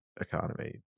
economy